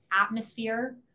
atmosphere